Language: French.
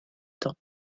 temps